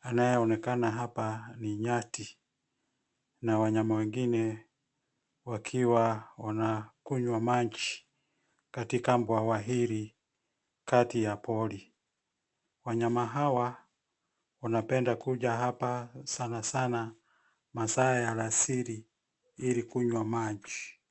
Anayeonekana hapa ni nyati na wanyama wengine wakiwa wanakunywa maji katika bwawa hili kati ya pori. Wanyama hawa wanapenda kuja hapa sana sana masaa ya alasiri ilikunywa maji.